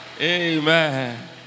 amen